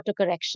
autocorrection